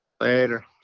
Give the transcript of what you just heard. Later